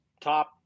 top